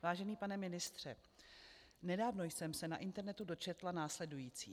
Vážený pane ministře, nedávno jsem se na internetu dočetla následující.